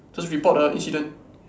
just report the incident